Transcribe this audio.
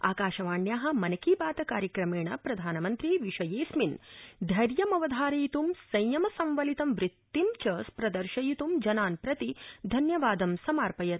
आकाशवाण्या मन की बात कार्यक्रमेण प्रधानमन्त्री विषयेऽस्मिन् धैर्यमवधारयित् संयम सम्वलितं वृतिं च प्रदर्शयित्ं जनान् प्रति धन्यवादं समार्पयत्